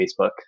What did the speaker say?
Facebook